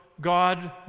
God